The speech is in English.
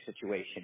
situation